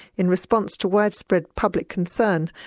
in response to widespread public concern,